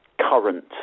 current